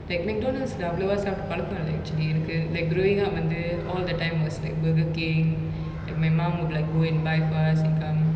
like mcdonald's lah அவளோவா சாப்ட்டு பலக்கோ இல்ல:avalovaa saaptu palako illa actually எனக்கு:enaku like growing up வந்து:vanthu all the time was like burger king and my mum would like go and by for us and come